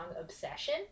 Obsession